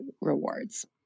rewards